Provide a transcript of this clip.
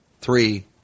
three